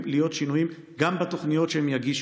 להיות שינויים גם בתוכניות שהם יגישו,